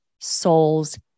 soul's